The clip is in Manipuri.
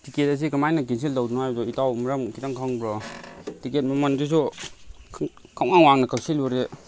ꯇꯤꯀꯦꯠ ꯑꯁꯤ ꯀꯃꯥꯏꯅ ꯀꯦꯟꯁꯦꯜ ꯇꯧꯗꯣꯏꯅꯣ ꯍꯥꯏꯕꯗꯣ ꯏꯇꯥꯎ ꯃꯔꯝ ꯈꯤꯇꯪ ꯈꯪꯕ꯭ꯔꯣ ꯇꯤꯀꯦꯠ ꯃꯃꯟꯗꯨꯁꯨ ꯈꯪꯋꯥꯡ ꯋꯥꯡꯅ ꯀꯛꯁꯤꯜꯂꯨꯔꯦ